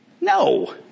No